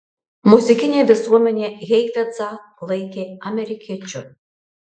muzikinė visuomenė heifetzą laikė amerikiečiu